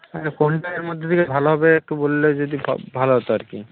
হ্যাঁ কোনটা এর মধ্যে থেকে ভালো হবে একটু বললে যদি ভালো হতো আর কি